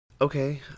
okay